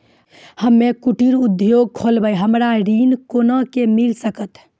हम्मे कुटीर उद्योग खोलबै हमरा ऋण कोना के मिल सकत?